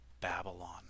Babylon